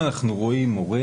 אם אנחנו רואים הורה